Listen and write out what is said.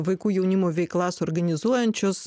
vaikų jaunimo veiklas organizuojančios